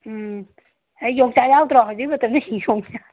ꯎꯝ ꯑꯦ ꯌꯣꯡꯆꯥꯛ ꯌꯥꯎꯗ꯭ꯔꯣ ꯍꯧꯖꯤꯛ ꯃꯇꯝꯗꯤ ꯌꯣꯡꯆꯥꯛ